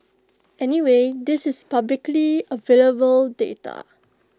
anyway this is publicly available data